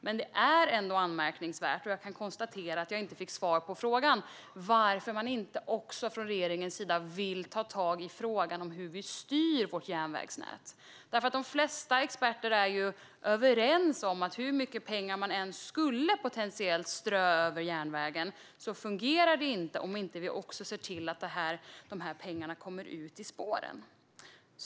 Men det är ändå anmärkningsvärt - och jag kan konstatera att jag inte fick svar på frågan varför det är så - att man från regeringens sida inte vill ta tag i frågan om hur vi styr vårt järnvägsnät. De flesta experter är ju överens om att hur mycket pengar man än potentiellt skulle kunna strö över järnvägen så fungerar det inte om vi inte också ser till att pengarna kommer ut i spåren.